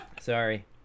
Sorry